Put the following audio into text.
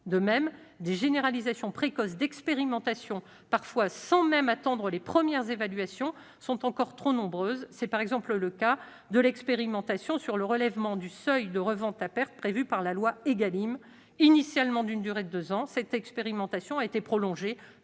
De même, des généralisations précoces d'expérimentation, parfois sans même attendre les premières évaluations, sont encore trop nombreuses. C'est par exemple le cas de l'expérimentation sur le relèvement du seuil de revente à perte prévue par la loi du 30 octobre 2018 pour l'équilibre des relations commerciales